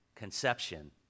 Conception